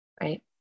right